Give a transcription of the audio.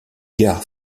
gare